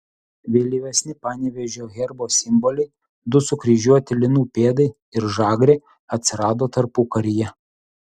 vėlyvesni panevėžio herbo simboliai du sukryžiuoti linų pėdai ir žagrė atsirado tarpukaryje